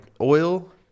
oil